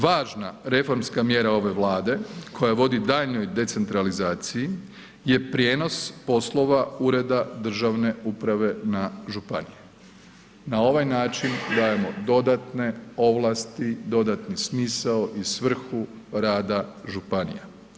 Važna reformska mjera ove Vlade koja vodi daljnjoj decentralizaciji je prijenos poslova Ureda državne uprave na županije, na ovaj način dajemo dodatne ovlasti, dodatni smisao i svrhu rada županija.